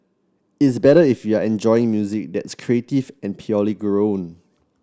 it's better if you're enjoying music that's creative and purely grown